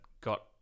got